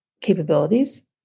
capabilities